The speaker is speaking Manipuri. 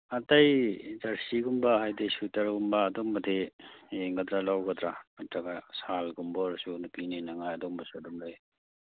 ꯑꯇꯩ ꯖꯔꯁꯤꯒꯨꯝꯕ ꯍꯥꯏꯗꯤ ꯁ꯭ꯋꯦꯇꯔꯒꯨꯝꯕ ꯑꯗꯨꯝꯕꯗꯤ ꯌꯦꯡꯒꯗ꯭ꯔ ꯂꯧꯒꯗ꯭ꯔ ꯅꯠꯇ꯭ꯔꯒ ꯁꯥꯜꯒꯨꯝꯕ ꯑꯣꯏꯔꯁꯨ ꯅꯨꯄꯤꯅ ꯏꯟꯅꯉꯥꯏ ꯑꯗꯨꯝꯕꯁꯨ ꯑꯗꯨꯝ ꯂꯩ